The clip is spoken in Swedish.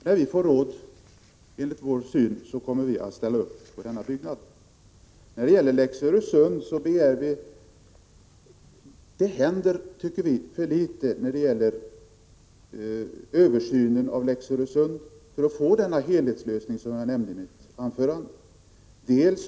När vi enligt vår uppfattning får råd kommer vi att ställa upp på denna byggnation. Det händer, tycker vi, för litet när det gäller översynen av Lex Öresund för att få till stånd den helhetslösning som jag nämnde i mitt anförande.